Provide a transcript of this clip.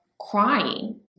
crying